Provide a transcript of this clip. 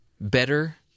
better